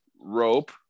rope